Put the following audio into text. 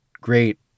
great